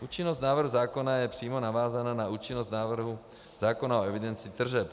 Účinnost návrhu zákona je přímo navázána na účinnost návrhu zákona o evidenci tržeb.